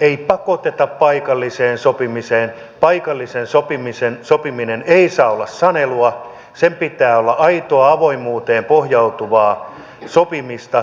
ei pakoteta paikalliseen sopimiseen paikallinen sopiminen ei saa olla sanelua sen pitää olla aitoa avoimuuteen pohjautuvaa sopimista